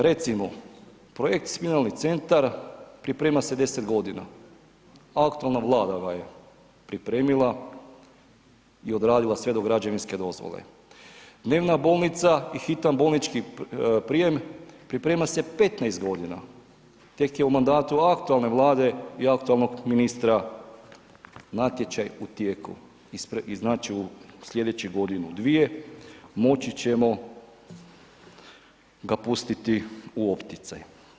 Recimo projekt spinalni centar priprema se 10.g., aktualna Vlada ga je pripremila i odradila sve do građevinske dozvole, dnevna bolnica i hitan bolnički prijem priprema se 15.g., tek je u mandatu aktualne Vlade i aktualnog ministra natječaj u tijeku i znači u slijedeću godinu, dvije, moći ćemo ga pustiti u opticaj.